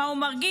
מה הוא מרגיש,